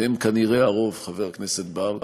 והם כנראה הרוב, חבר הכנסת בר,